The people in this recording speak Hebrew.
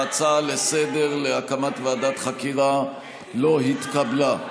ההצעה לסדר-היום להקמת ועדת חקירה לא התקבלה.